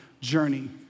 journey